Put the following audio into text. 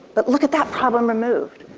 but look at that problem removed.